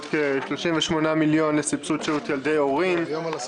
38 מיליון לסבסוד שהות ילדי הורים, ועוד.